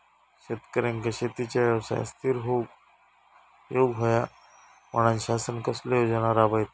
शेतकऱ्यांका शेतीच्या व्यवसायात स्थिर होवुक येऊक होया म्हणान शासन कसले योजना राबयता?